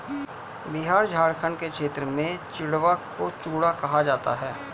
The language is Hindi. बिहार झारखंड के क्षेत्र में चिड़वा को चूड़ा कहा जाता है